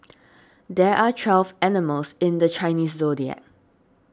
there are twelve animals in the Chinese zodiac